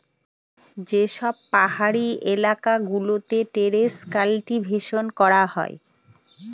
যে সব পাহাড়ি এলাকা গুলোতে টেরেস কাল্টিভেশন করা হয়